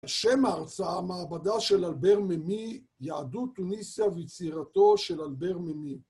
בשם ההרצאה, מעבדה של אלבר ממי, יהדות תוניסיה ויצירתו של אלבר ממי.